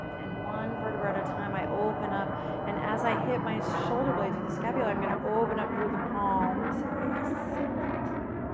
and one vertebra at a time i open up and as i hit my shoulder blades with the scapula, i'm going to open up through the palms. yes! that feels awesome.